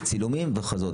צילומים ולחזור.